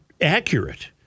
accurate